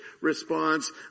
response